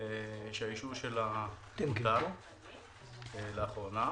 ,שהאישור שלה פקע לאחרונה.